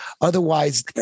otherwise